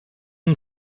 and